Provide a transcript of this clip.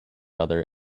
other